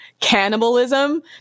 cannibalism